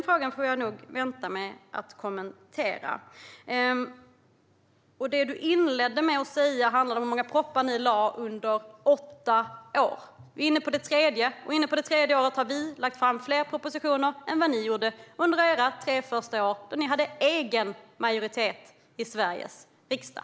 Jag får nog vänta med att besvara frågan. Robert Hannah inledde med att berätta hur många propositioner Alliansen lade fram under åtta år. Vi är inne på vårt tredje, och vi har då lagt fram fler propositioner än vad ni gjorde under era tre första år, då ni hade egen majoritet i Sveriges riksdag.